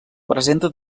presenta